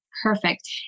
Perfect